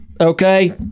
Okay